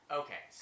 okay